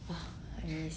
!wah! I miss